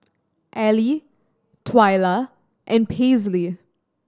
Ally Twyla and Paisley